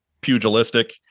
pugilistic